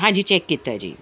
ਹਾਂਜੀ ਚੈੱਕ ਕੀਤਾ ਜੀ